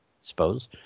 suppose